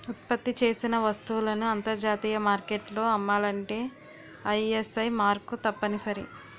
ఉత్పత్తి చేసిన వస్తువులను అంతర్జాతీయ మార్కెట్లో అమ్మాలంటే ఐఎస్ఐ మార్కు తప్పనిసరి